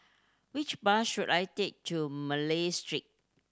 which bus should I take to Malay Street